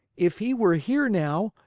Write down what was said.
if he were here now,